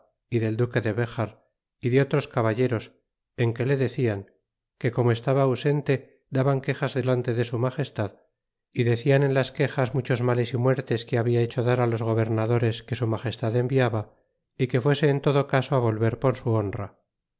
y del duque de dejar y de otros caballeros en que le decian que como esfaba ausente daban quejas delante de su magestad y decian en las quejas muchos males y muertes que habla hecho dar los gobernadores que su magestad enviaba y que fuese en todo caso volver por su honra